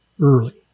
Early